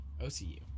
OCU